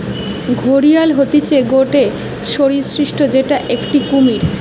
ঘড়িয়াল হতিছে গটে সরীসৃপ যেটো একটি কুমির